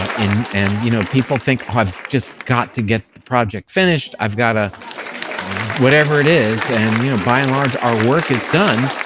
um and you know people think, oh i've just got to get the project finished, i've gotta whatever it is, and you know by and large, our work is done